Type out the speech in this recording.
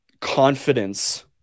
confidence